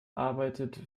arbeitet